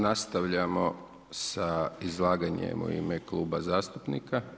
Nastavljamo sa izlaganjem u ime kluba zastupnika.